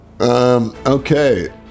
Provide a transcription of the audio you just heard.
Okay